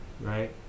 right